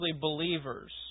believers